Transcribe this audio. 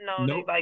No